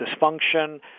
dysfunction